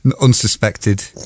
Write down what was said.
unsuspected